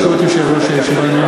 ברשות יושב-ראש הישיבה,